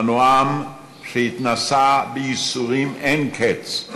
אנו עם שהתנסה בייסורים אין קץ,